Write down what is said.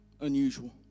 unusual